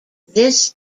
this